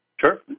Sure